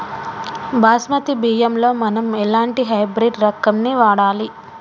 బాస్మతి బియ్యంలో మనం ఎలాంటి హైబ్రిడ్ రకం ని వాడాలి?